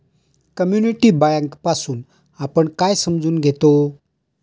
Community bank पासुन आपण काय समजून घेतो?